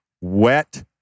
wet